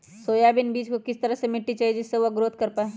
Soybean बीज को किस तरह का मिट्टी चाहिए जिससे वह ग्रोथ कर पाए?